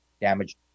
damaged